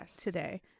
today